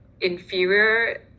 inferior